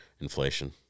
Inflation